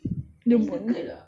dia buat